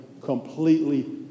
completely